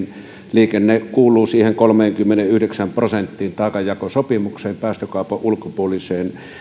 liikenne kuuluu siihen kolmeenkymmeneenyhdeksään prosenttiin taakanjakosopimuksen päästökaupan ulkopuoliseen